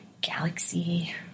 galaxy